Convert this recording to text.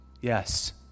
yes